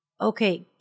Okay